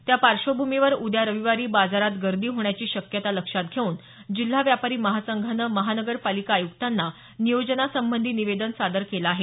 त्या पार्श्वभूमीवर उद्या रविवारी बाजारात गर्दी होण्याची शक्यता लक्षात घेऊन जिल्हा व्यापारी महासंघानं महापालिका आयुक्तांना नियोजनासंबंधी निवेदन सादर केलं आहे